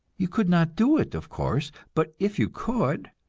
you could not do it, of course but if you could,